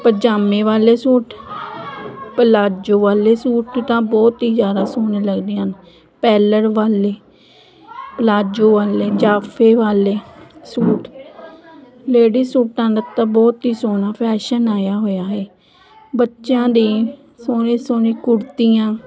ਪਜਾਮੇ ਵਾਲੇ suit palazzo ਵਾਲੇ ਸੂਟ ਤਾਂ ਬਹੁਤ ਹੀ ਜ਼ਿਆਦਾ ਸੋਹਣੇ ਲੱਗਦੇ ਹਨ ਪੈਰਲ ਵਾਲੇ ਪਲਾਜੋ ਵਾਲੇ ਜਾਂਫੇ ਵਾਲੇ ਸੂਟ ਲੇਡੀ ਸੂਟਾਂ ਦਾ ਤਾਂ ਬਹੁਤ ਹੀ ਸੋਹਣਾ ਫੈਸ਼ਨ ਆਇਆ ਹੋਇਆ ਹ ਬੱਚਿਆਂ ਦੀ ਸੋਹਣੇ ਸੋਹਣੇ ਕੁੜਤੀਆਂ